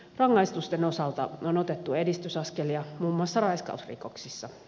rangaistusten osalta on otettu edistysaskelia muun muassa raiskausrikoksissa